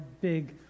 big